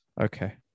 Okay